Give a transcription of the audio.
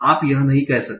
आप यह नहीं कह सकते